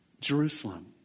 Jerusalem